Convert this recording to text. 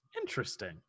interesting